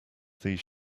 these